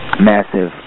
massive